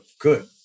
good